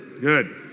Good